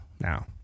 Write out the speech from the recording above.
now